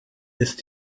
ist